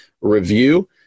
review